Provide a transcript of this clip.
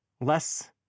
less